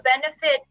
benefit